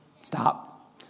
Stop